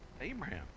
Abraham